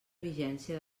vigència